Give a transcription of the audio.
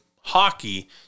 hockey